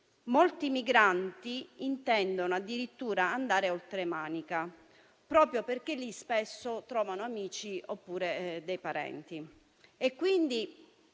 molti migranti intendono addirittura andare oltremanica, proprio perché lì spesso trovano amici oppure parenti.